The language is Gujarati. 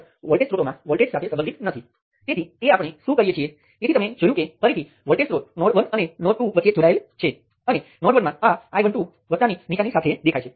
તેથી અંતે તમે આ વોલ્ટેજ V2 અને V3 ના સંદર્ભમાં નિયંત્રણ વોલ્ટેજ સ્ત્રોત લખો જ્યાં V2 અને V3 વચ્ચે નોંધાયેલ Ix વહે છે